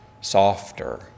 softer